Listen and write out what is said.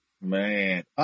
Man